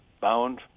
bound